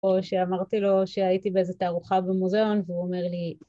‫או שאמרתי לו שהייתי ‫באיזו תערוכה במוזיאון והוא אומר לי...